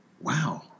wow